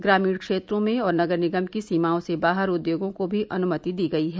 ग्रामीण क्षेत्रों में और नगर निगम की सीमाओं से बाहर उद्योगों को भी अनुमति दी गई है